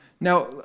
Now